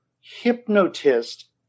hypnotist